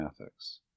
ethics